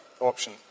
option